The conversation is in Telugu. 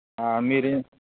మీరు